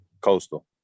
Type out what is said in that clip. Coastal